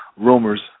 rumors